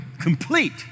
complete